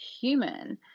human